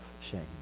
shame